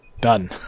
Done